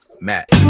Matt